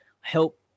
help